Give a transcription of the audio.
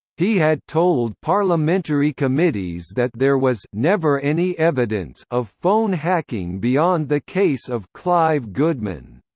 he had told parliamentary committees that there was never any evidence of phone hacking beyond the case of clive goodman.